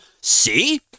see